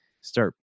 start